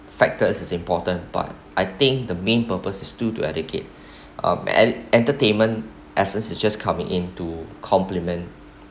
factors is important but I think the main purpose is to educate um entertainment as us is just coming into complement